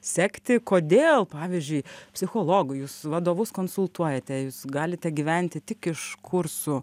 sekti kodėl pavyzdžiui psichologu jūs vadovus konsultuojate jūs galite gyventi tik iš kursų